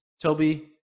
Toby